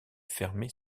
fermer